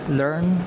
learn